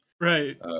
Right